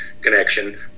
connection